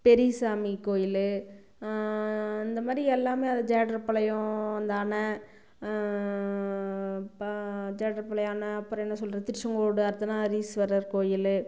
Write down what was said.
பெரியசாமி கோயில் அந்த மாதிரி எல்லாமே அது ஜேட்டர்பாளையம் அந்த அணை ப ஜேட்டர்பாளையம் அணை அப்புறம் என்ன சொல்வது திருச்செங்கோடு அர்த்தநாதீஸ்வரர் கோயில்